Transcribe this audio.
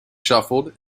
shuffled